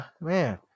man